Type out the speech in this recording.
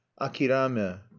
akirame